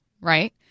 right